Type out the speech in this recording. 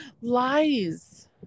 lies